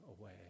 away